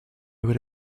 would